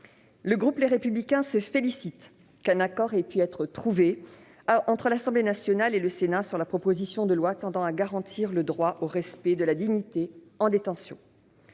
le groupe Les Républicains se félicite de ce qu'un accord ait pu être trouvé entre l'Assemblée nationale et le Sénat sur la proposition de loi tendant à garantir le droit au respect de la dignité en détention.